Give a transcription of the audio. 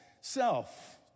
self